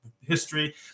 history